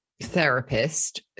therapist